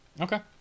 Okay